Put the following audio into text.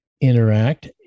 interact